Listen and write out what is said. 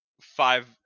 five